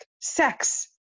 sex